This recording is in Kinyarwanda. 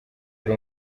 yari